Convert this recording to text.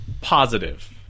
positive